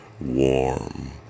warm